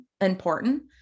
important